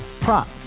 prop